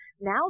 now